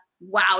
Wow